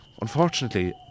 Unfortunately